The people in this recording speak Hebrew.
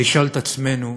ולשאול את עצמנו